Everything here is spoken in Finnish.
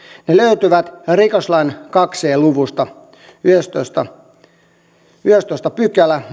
ne löytyvät rikoslain kaksi c luvusta yhdestoista pykälä